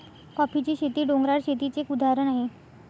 कॉफीची शेती, डोंगराळ शेतीच एक उदाहरण आहे